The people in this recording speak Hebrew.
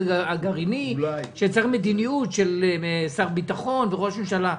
הגרעיני שמצריך מדיניות של שר ביטחון וראש ממשלה.